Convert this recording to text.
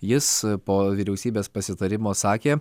jis po vyriausybės pasitarimo sakė